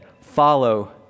Follow